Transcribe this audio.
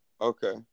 okay